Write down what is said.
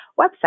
website